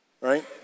Right